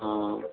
हाँ